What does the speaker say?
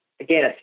again